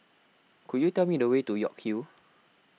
could you tell me the way to York Hill